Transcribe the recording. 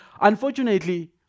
Unfortunately